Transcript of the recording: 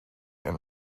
and